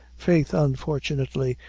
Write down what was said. faith, unfortunately,